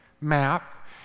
map